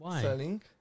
selling